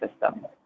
system